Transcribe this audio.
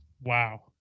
Wow